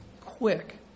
Quick